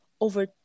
over